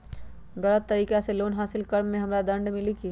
गलत तरीका से लोन हासिल कर्म मे हमरा दंड मिली कि?